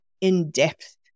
in-depth